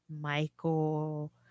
Michael